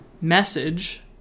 message